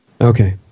Okay